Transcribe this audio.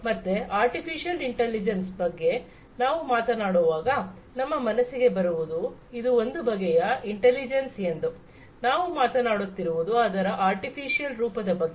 ಮತ್ತೆ artificial intelligence ಬಗ್ಗೆ ನಾವು ಮಾತನಾಡುವಾಗ ನಮ್ಮ ಮನಸ್ಸಿಗೆ ಬರುವುದು ಇದು ಒಂದು ಬಗೆಯ ಇಂಟಲಿಜೆನ್ಸ್ ಎಂದು ನಾವು ಮಾತನಾಡುತ್ತಿರುವುದು ಇದರ ಆರ್ಟಿಫಿಶಿಯಲ್ ರೂಪದ ಬಗ್ಗೆ